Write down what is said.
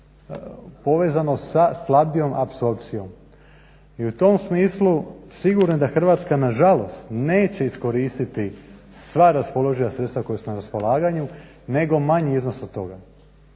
povezano sa slabijom apsorpcijom. I u tom smislu sigurno je da Hrvatska nažalost neće iskoristiti sva raspoloživa sredstva koja su na raspolaganju, nego manji iznos od toga.